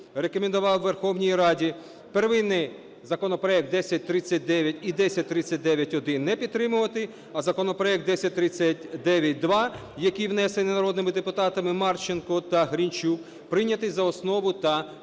рекомендував Верховній Раді первинний законопроект 1039 і 1039-1 не підтримувати, а законопроект 1039-2, який внесений народними депутатами Марченко та Гринчук, прийняти за основу та в цілому.